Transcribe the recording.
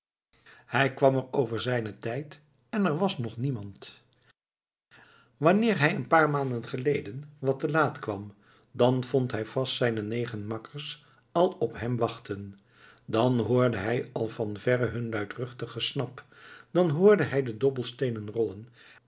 hij kwam er over zijnen tijd en er was nog niemand wanneer hij een paar maanden geleden wat te laat kwam dan vond hij vast zijne negen makkers al op hem wachten dan hoorde hij al van verre hun luidruchtig gesnap dan hoorde hij de dobbelsteenen rollen